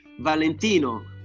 Valentino